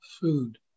food